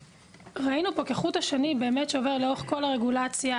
שראינו פה שעובר כחוט השני לאורך כל הרגולציה.